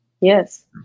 Yes